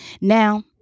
Now